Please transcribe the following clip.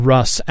Russ